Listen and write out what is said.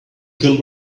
can